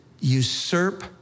usurp